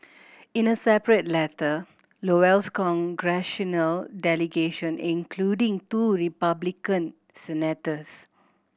in a separate letter Iowa's congressional delegation including two Republican senators